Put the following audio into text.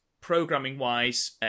programming-wise